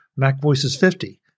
MACVoices50